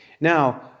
Now